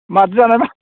मादो जानोरा